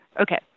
Okay